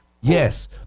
Yes